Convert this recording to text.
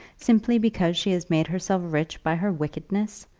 simply because she has made herself rich by her wickedness?